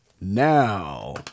now